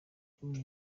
kuri